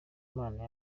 imana